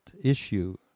issue